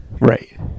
Right